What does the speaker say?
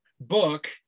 book